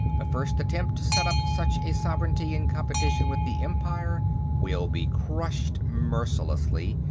the first attempt to set up such a sovereignty in competition with the empire will be crushed mercilessly,